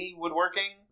woodworking